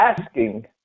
asking